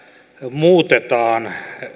muutetaan